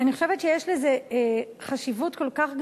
אני חושבת שיש לזה חשיבות כל כך גדולה,